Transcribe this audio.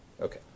Okay